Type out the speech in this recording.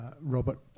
Robert